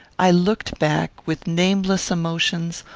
i looked back, with nameless emotions,